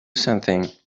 something